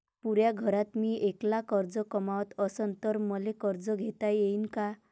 पुऱ्या घरात मी ऐकला पैसे कमवत असन तर मले कर्ज घेता येईन का?